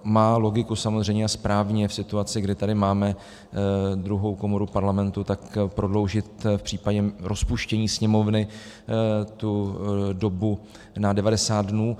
Má logiku samozřejmě a správně je v situaci, kdy tady máme druhou komoru Parlamentu, prodloužit v případě rozpuštění Sněmovny tu dobu na 90 dnů.